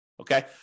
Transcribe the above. Okay